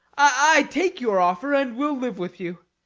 i take your offer, and will live with you,